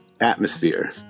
atmosphere